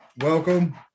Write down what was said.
Welcome